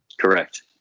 Correct